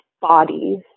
bodies